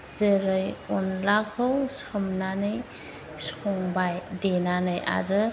जेरै अनलाखौ सोमनानै संबाय देनानै आरो